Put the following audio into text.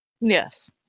Yes